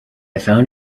found